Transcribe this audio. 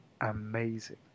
amazing